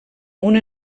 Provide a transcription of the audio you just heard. una